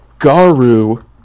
Garu